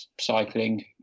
cycling